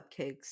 cupcakes